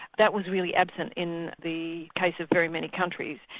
that was really absent in the case of very many countries,